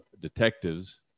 detectives